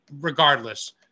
regardless